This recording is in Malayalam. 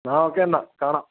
ആ ഓക്കെ എന്നാല് കാണാം